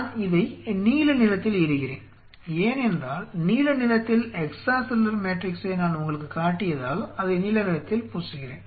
நான் இதை நீல நிறத்தில் இடுகிறேன் ஏனென்றால் நீல நிறத்தில் எக்ஸ்ட்ரா செல்லுலார் மேட்ரிக்ஸை நான் உங்களுக்குக் காட்டியதால் அதை நீல நிறத்தில் பூசுகிறேன்